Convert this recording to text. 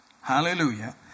Hallelujah